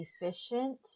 efficient